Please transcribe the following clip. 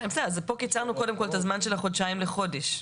פה קיצרנו את החודשיים לחודש.